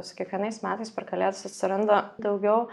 su kiekvienais metais per kalėdas atsiranda daugiau